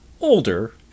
older